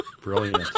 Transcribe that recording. Brilliant